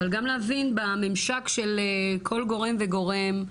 אבל גם להבין בממשק של כל גורם וגורם,